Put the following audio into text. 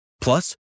Plus